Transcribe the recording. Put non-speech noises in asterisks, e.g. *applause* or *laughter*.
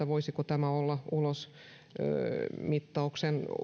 *unintelligible* voisiko tämä olla ulosmittauksen